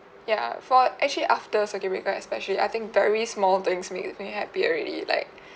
ya for actually after second week uh especially I think very small things makes me happy already like